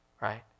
right